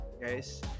guys